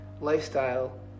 lifestyle